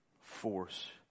force